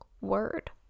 word